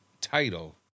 title